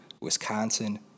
Wisconsin